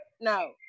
No